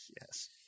Yes